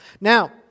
Now